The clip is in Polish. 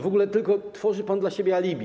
W ogóle tylko tworzy pan dla siebie alibi.